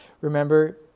Remember